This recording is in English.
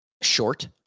short